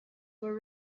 were